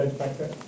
factor